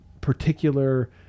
particular